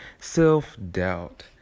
Self-doubt